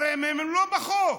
הרי הם לא בחוק.